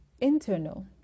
internal